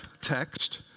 text